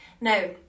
Now